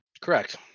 Correct